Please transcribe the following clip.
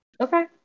Okay